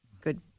good